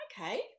okay